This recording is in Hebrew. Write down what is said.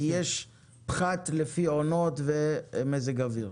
כי יש פחת לפי עונות ומזג אוויר.